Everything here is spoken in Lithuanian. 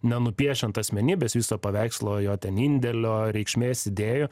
nenupiešiant asmenybės viso paveikslo jo ten indėlio reikšmės idėjų